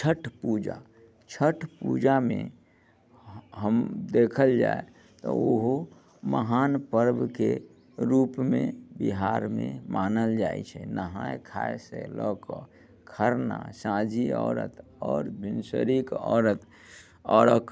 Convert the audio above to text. छठ पूजा छठ पूजामे हऽ हम देखल जाइ तऽ ओहो महान पर्वके रूपमे बिहारमे मानल जाइ छै नहाय खायसँ लऽ कऽ खरना साँझी अरत आओर भिनसरेके अरत अरख